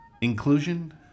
inclusion